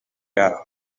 yabo